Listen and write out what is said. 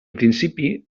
principi